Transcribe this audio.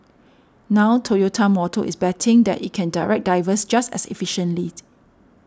now Toyota Motor is betting that it can direct divers just as efficiently